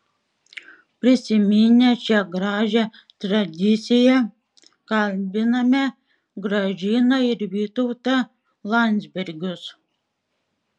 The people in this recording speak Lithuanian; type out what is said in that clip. prisiminę šią gražią tradiciją kalbiname gražiną ir vytautą landsbergius